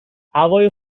هوای